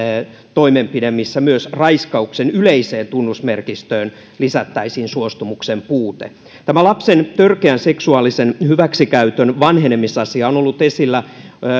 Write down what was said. toimenpide missä myös raiskauksen yleiseen tunnusmerkistöön lisättäisiin suostumuksen puute tämä lapsen törkeän seksuaalisen hyväksikäytön vanhenemisasia on ollut esillä